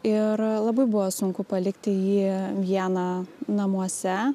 ir labai buvo sunku palikti jį vieną namuose